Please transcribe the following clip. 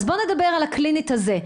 אז בואו נדבר על הקלינית הזה,